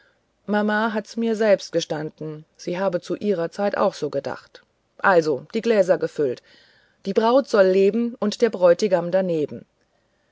mama hat mir's selbst gestanden sie habe zu ihrer zeit auch so gedacht also die gläser gefüllt die braut soll leben und der bräutigam daneben